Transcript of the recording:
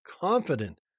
confident